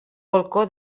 balcó